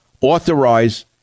authorize